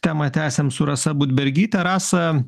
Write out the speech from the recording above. temą tęsiam su rasa budbergyte rasa